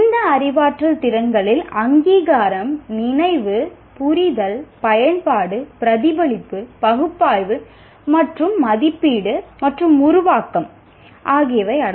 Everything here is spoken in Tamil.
இந்த அறிவாற்றல் திறன்களில் அங்கீகாரம் நினைவு புரிதல் பயன்பாடு பிரதிபலிப்பு பகுப்பாய்வு மற்றும் மதிப்பீடு மற்றும் உருவாக்கம் ஆகியவை அடங்கும்